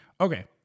okay